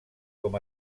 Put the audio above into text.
com